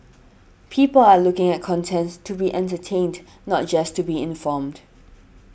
people are looking at contents to be entertained not just to be informed